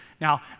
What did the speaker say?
Now